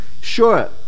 sure